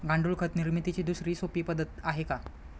गांडूळ खत निर्मितीची दुसरी सोपी पद्धत आहे का?